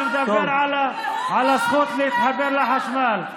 אני מדבר על הזכות להתחבר לחשמל.